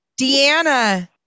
Deanna